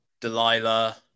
Delilah